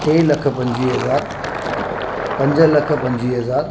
टे लख पंजवीह हज़ार पंज लख पंजवीह हज़ार